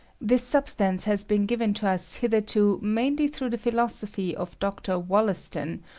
this substance has been given to us hitherto mainly through the philosophy of dr. wollas ton,